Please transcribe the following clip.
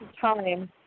time